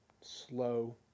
slow